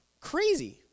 Crazy